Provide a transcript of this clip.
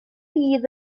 fydd